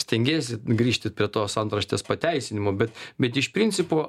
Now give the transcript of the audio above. stengiesi grįžti prie tos antraštės pateisinimo bet bet iš principo